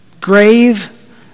grave